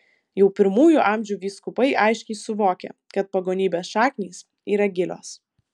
jau pirmųjų amžių vyskupai aiškiai suvokė kad pagonybės šaknys yra gilios